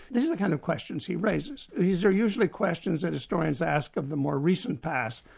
these are the kind of questions he raises. these are usually questions that historians ask of the more recent past,